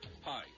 Hi